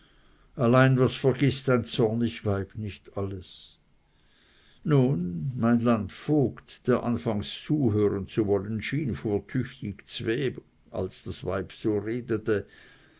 allein was vergißt ein zornig weib nicht alles nun mein landvogt der anfangs hören zu wollen schien fuhr tüchtig z'weg als das weib so redete